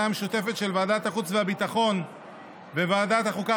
המשותפת של ועדת החוץ והביטחון וועדת החוקה,